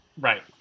right